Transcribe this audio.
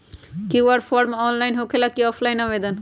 QR form online होकेला कि offline आवेदन?